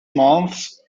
months